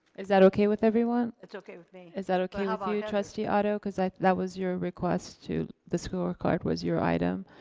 is that okay with everyone? it's okay with me. is that okay with ah um you, trustee otto, cause that that was your request to, the scorecard was your item?